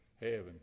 heaven